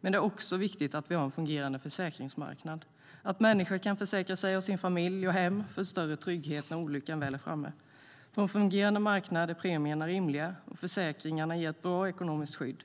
Men det är också viktigt att vi har en fungerande försäkringsmarknad och att människor kan försäkra sig, sin familj och sitt hem för en större trygghet när olyckan väl är framme. På en fungerande marknad är premierna rimliga och försäkringarna ger ett bra ekonomiskt skydd.